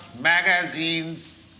magazines